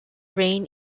reign